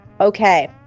Okay